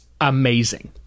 amazing